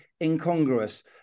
incongruous